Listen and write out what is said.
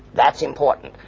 that's important.